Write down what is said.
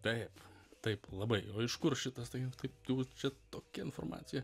taip taip labai o iš kur šitas tai taip jau čia tokia informacija